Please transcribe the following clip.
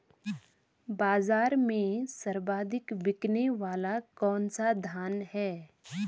बाज़ार में सर्वाधिक बिकने वाला कौनसा धान है?